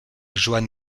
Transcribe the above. joan